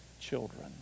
children